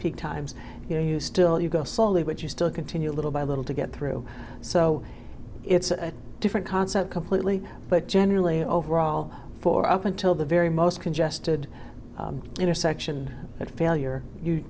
peak times you know you still you go slowly but you still continue little by little to get through so it's a different concept completely but generally overall for up until the very most congested intersection that failure you